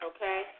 Okay